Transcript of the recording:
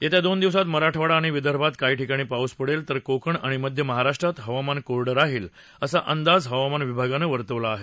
येत्या दोन दिवसांत मराठवाडा आणि विदर्भात काही ठिकाणी पाऊस पडेल तर कोकण आणि मध्य महाराष्ट्रात हवामान कोरडं राहील असा अंदाज हवामान विभागानं व्यक्त केला आहे